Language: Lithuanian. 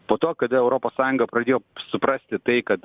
po to kada europos sąjunga pradėjo suprasti tai kad